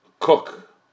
Cook